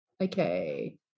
Okay